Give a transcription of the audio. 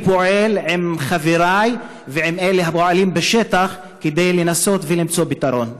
אני פועל עם חברי ועם אלה הפועלים בשטח כדי לנסות ולמצוא פתרון.